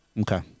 Okay